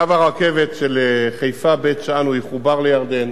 קו הרכבת של חיפה בית-שאן יחובר לירדן,